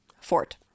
Fort